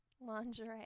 lingerie